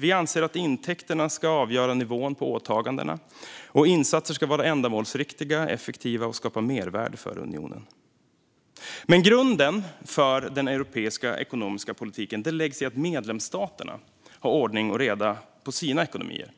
Vi anser att intäkterna ska avgöra nivån på åtagandena samt att insatser ska vara ändamålsriktiga och effektiva och skapa mervärde för unionen. Men grunden för den europeiska ekonomiska politiken läggs i att medlemsstaterna har ordning och reda i sina ekonomier,